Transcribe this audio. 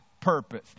purpose